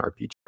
RPG